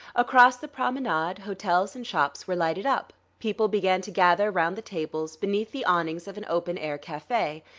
across the promenade hotels and shops were lighted up people began to gather round the tables beneath the awnings of an open-air cafe.